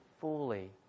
fully